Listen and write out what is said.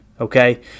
Okay